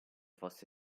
fosse